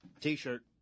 T-shirt